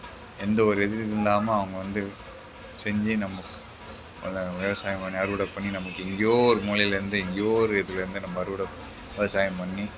எந்த ஒரு இதுவும் இல்லாமல் அவங்க வந்து செஞ்சு நமக்கு விவசாயம் பண்ணி அறுவடை பண்ணி நமக்கு எங்கேயோ ஒரு மூலைலேருந்து எங்கேயோ ஒரு இதுலருந்து நம்ம அறுவடை விவசாயம் பண்ணி